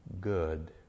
good